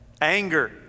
anger